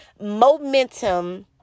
momentum